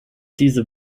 diese